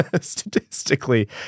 statistically